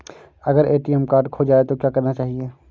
अगर ATM card खो जाए तो क्या करना चाहिए?